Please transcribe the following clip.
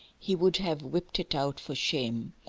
he would have whipped it out for shame,